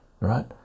right